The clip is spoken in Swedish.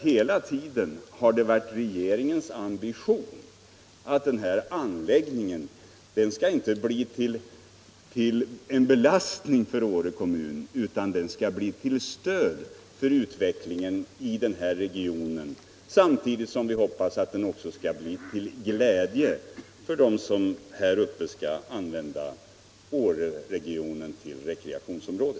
Hela tiden har det varit regeringens ambition att den här anläggningen inte skall bli till en belastning för Åre kommun utan att den skall bli till stöd för utvecklingen i regionen, samtidigt som vi hoppas att den skall bli till glädje för dem som skall använda Åreregionen till rekreationsområde.